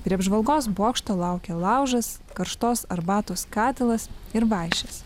prie apžvalgos bokšto laukė laužas karštos arbatos katilas ir vaišės